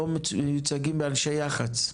לא מיוצגים באנשי יח"צ.